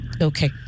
okay